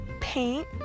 paint